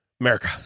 America